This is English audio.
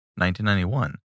1991